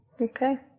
okay